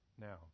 Now